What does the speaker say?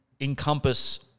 encompass